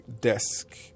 desk